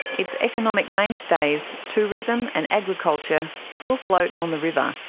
its economic mainstays tourism and agriculture still float on the river.